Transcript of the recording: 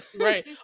Right